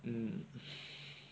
mm